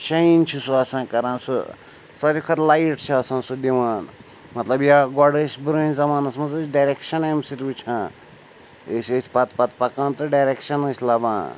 شایِن چھِ سُہ آسان کَران سُہ ساروی کھۄتہٕ لایٹ چھِ آسان سُہ دِوان مطلب یا گۄڈٕ ٲسۍ پرٛٲنِس زمانَس منٛز ٲسۍ ڈٮ۪رٮ۪کشَن اَمہِ سۭتۍ وٕچھان ٲسۍ أتھۍ پَتہٕ پَتہٕ پَکان تہٕ ڈٮ۪رٮ۪کشَن ٲسۍ لَبان